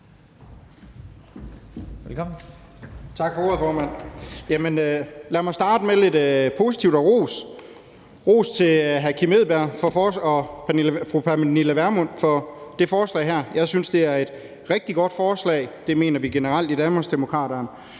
Lad mig starte med noget positivt og lidt ros, nemlig ros til hr. Kim Edberg Andersen og fru Pernille Vermund for det her forslag. Jeg synes, at det er et rigtig godt forslag – det mener vi generelt i Danmarksdemokraterne